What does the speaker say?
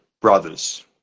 brothers